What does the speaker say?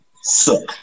suck